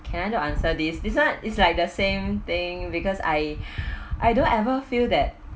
can I don't answer this this one is like the same thing because I I don't ever feel that